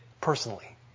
personally